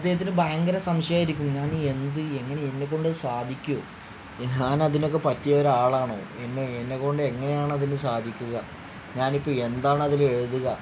അദ്ദേഹത്തിന് ഭയങ്കര സംശയം ആയിരിക്കും ഞാൻ എന്ത് എങ്ങനെ എന്നെക്കൊണ്ട് സാധിക്കുമോ ഞാൻ അതിനൊക്കെ പറ്റിയ ഒരാളാണോ എന്നെ എന്നെക്കൊണ്ട് എങ്ങനെയാണ് അതിന് സാധിക്കുക ഞാൻ ഇപ്പോൾ എന്താണതിൽ എഴുതുക